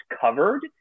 covered